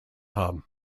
haben